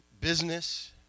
business